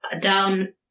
down